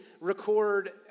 record